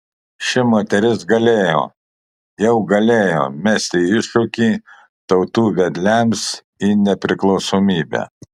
ši moteris galėjo jau galėjo mesti iššūkį tautų vedliams į nepriklausomybę